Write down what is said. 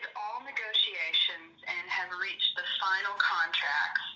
negotiations and have reached the final contracts.